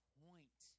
point